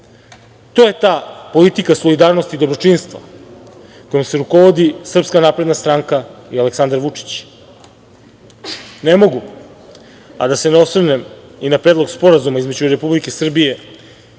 To je ta politika solidarnosti i dobročinstva kojom se rukovodi Srpska napredna stranka i Aleksandar Vučić. Ne mogu a da se ne osvrnem i na Predlog sporazuma između Republike Srbije